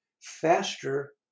faster